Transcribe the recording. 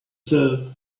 though